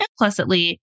implicitly